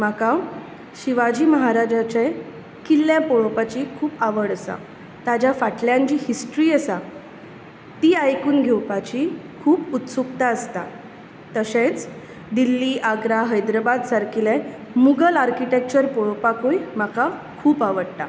म्हाका शिवाजी महाराजाचें किल्ले पळोवपाची खूब आवड आसा ताज्या फाटल्यान जी हिस्ट्री आसा ती आयकून घेवपाची खूब उत्सूकताय आसता तशेंच दिल्ली आग्रा हैदराबाद सारकीले मुगल आर्किटेक्चर पळोवपाकूय म्हाका खूब आवडटा